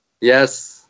Yes